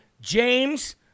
James